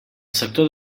sector